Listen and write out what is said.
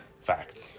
fact